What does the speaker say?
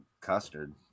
custard